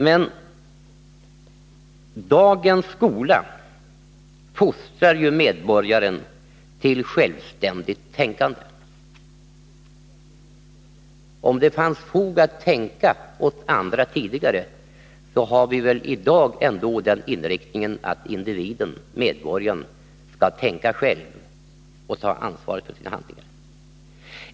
Men dagens skola fostrar ju medborgaren till självständigt tänkande. Om det fanns fog för att tänka åt andra tidigare, så har vi väl i dag ändå den inriktningen att individen, medborgaren, skall tänka själv och ta ansvar för sina handlingar.